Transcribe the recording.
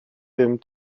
ddim